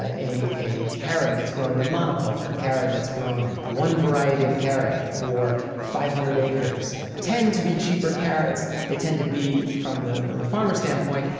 a a carrot that's grown in a monoculture. a carrot that's grown one variety of carrot for five hundred acres tend to be cheaper carrots. they tend to be, from the from the farmer's standpoint,